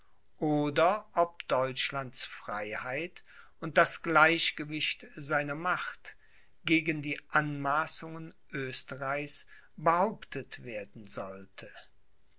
oder ob deutschlands freiheit und das gleichgewicht seiner macht gegen die anmaßungen oesterreichs behauptet werden sollte